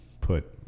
put